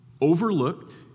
overlooked